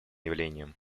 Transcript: явлением